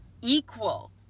equal